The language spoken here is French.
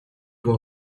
vous